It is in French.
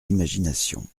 imagination